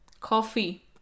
Coffee